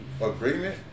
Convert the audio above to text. Agreement